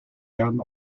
jahren